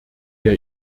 der